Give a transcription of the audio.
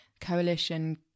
coalition